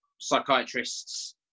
psychiatrists